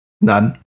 None